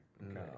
no